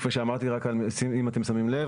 אם אתם שמים לב,